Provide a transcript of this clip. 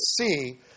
see